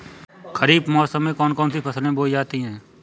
खरीफ मौसम में कौन कौन सी फसलें बोई जाती हैं?